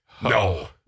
No